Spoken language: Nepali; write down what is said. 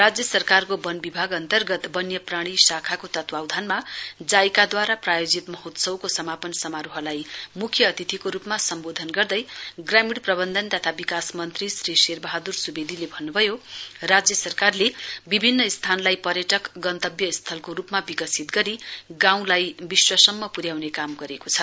राज्य सरकारको विभाग अन्तर्गत वन्य प्राणी शाखाको तत्वधानमा जाइका द्वारा प्रायोजित महोत्सवको समापन समारोहलाई मुख्य अतिथिको रूपमा सम्बोधन गर्दै ग्रामीण प्रबन्धन तथा विकास मन्त्री श्री शेरबहादुर सुवेदीले भन्नु भयो राज्य सरकारले विभिन्न स्थानलाई पर्यटक गन्तव्य स्थलको रूपमा विकसित गरी गाउँलाई विश्वसम्म पुऱ्याउने काम गरेको छ